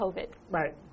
Right